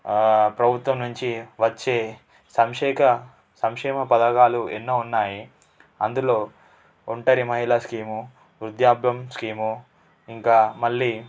ప్రభుత్వం నుంచి వచ్చే సంక్షేక సంక్షేమ పథకాలు ఎన్నో ఉన్నాయి అందులో ఒంటరి మహిళా స్కీము వృద్ధాప్యం స్కీము ఇంకా మళ్ళీ